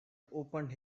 opened